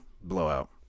blowout